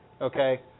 Okay